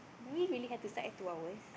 do we really have to start at two hours